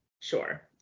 Sure